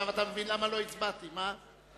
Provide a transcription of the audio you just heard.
עכשיו אתה מבין למה לא הצבעתי, מה?